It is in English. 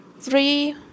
Three